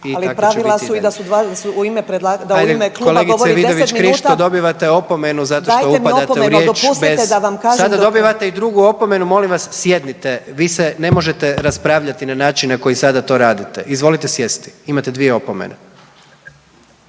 **Jandroković, Gordan (HDZ)** .../Upadica: Dajte mi opomenu, ali dopustite da vam kažem./... Sada dobivate i drugu opomenu, molim vas, sjednite. Vi se ne možete raspravljati na način na koji sada to radite. Izvolite sjesti. Imate dvije opomene.